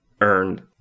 earned